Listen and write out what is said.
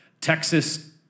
Texas